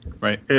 Right